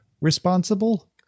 responsible